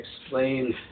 explain